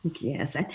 Yes